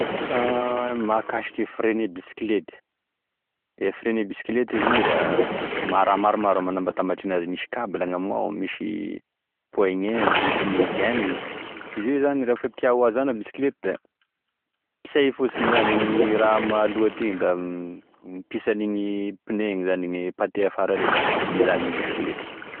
Mahakasiky e frein-gne bisikilety, e frein-gne bitsikilety izy io e da raha maromaro e magnambatambatren'azy, misy kabla amignao, misy poignet, misy gaine, izy io zany refa tia ho hazano e bitsikilety da pisay fosiny igny raha aloha aty igny da mipisa agn'igny pneu zany ny patin afara ary da mizano e bitsikilety.